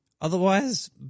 Otherwise